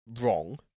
wrong